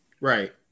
Right